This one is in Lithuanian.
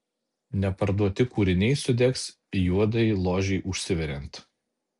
neparduoti kūriniai sudegs juodajai ložei užsiveriant